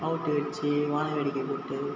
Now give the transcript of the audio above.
out வெடித்து வான வேடிக்கை போட்டு